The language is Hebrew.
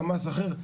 למ"ס אחר,